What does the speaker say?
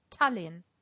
Tallinn